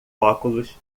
óculos